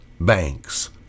banks